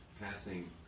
passing